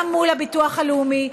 גם מול הביטוח הלאומי,